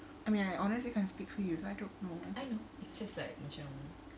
I mean I honestly can't speak for you so I don't know